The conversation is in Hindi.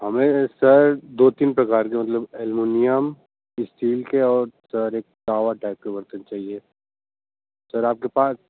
हमे सर दो तीन प्रकार के मतलब एलमुनियम स्टील के और सर एक तावा टाइप के बर्तन चाहिए सर आपके पास